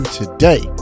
today